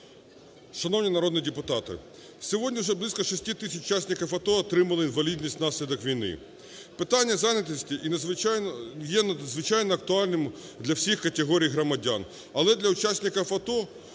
Шановні народні депутати! Сьогодні вже близько 6 тисяч учасників АТО отримали інвалідність внаслідок війни. Питання зайнятості є надзвичайно актуальним для всіх категорій громадян. Але для учасників АТО,